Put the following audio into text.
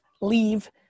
leave